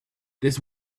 this